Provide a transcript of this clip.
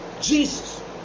Jesus